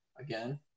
again